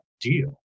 deal